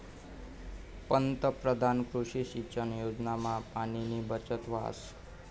पंतपरधान कृषी सिंचन योजनामा पाणीनी बचत व्हस